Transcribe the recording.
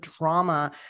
Drama